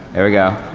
there we go.